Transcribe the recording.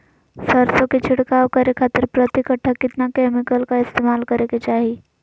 सरसों के छिड़काव करे खातिर प्रति कट्ठा कितना केमिकल का इस्तेमाल करे के चाही?